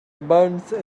burns